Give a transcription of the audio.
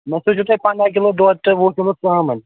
مےٚ سوٗزِو تُہۍ پنٛداہ کِلوٗ دۄد تہٕ وُہ کِلوٗ ژامن